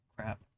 crap